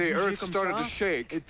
ah earth so started to shake.